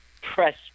press